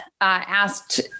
asked